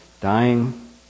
dying